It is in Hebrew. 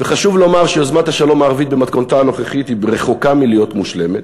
וחשוב לומר שיוזמת השלום הערבית במתכונתה הנוכחית רחוקה מלהיות מושלמת,